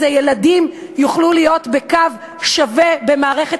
אז הילדים יוכלו להיות בקו שווה במערכת